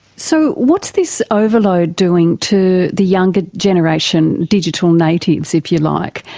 so what's this overload doing to the younger generation, digital natives, if you like?